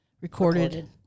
recorded